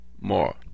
more